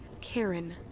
Karen